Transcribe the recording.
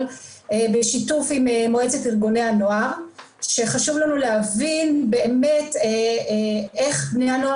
בשיתוף עם מועצת ארגוני הנוער שחשוב לנו להבין באמת איך בני הנוער